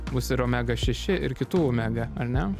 bus ir omega šeši ir kitų omega ar ne